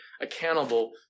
accountable